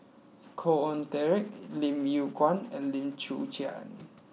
Khoo Oon Teik Lim Yew Kuan and Lim Chwee Chian